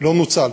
לא נוצל.